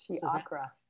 Chi-akra